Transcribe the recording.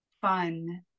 fun